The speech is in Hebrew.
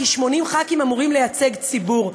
כי 80 חברי כנסת אמורים לייצג ציבור,